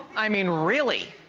i mean really!